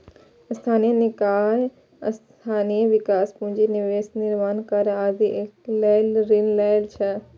स्थानीय निकाय स्थानीय विकास, पूंजी निवेश, निर्माण कार्य आदि लए ऋण लै छै